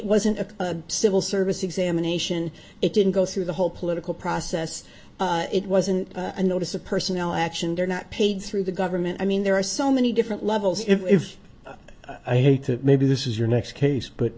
wasn't a civil service examination it didn't go through the whole political process it wasn't a notice of personnel action they're not paid through the government i mean there are so many different levels if i hate to maybe this is your next case but